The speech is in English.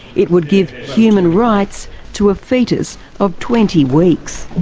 it would give human rights to a foetus of twenty weeks.